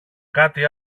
κάτι